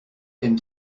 aime